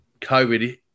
COVID